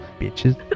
bitches